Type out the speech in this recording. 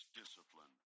discipline